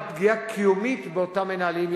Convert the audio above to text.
על פגיעה קיומית באותם מנהלים,